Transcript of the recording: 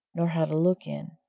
nor how to look in,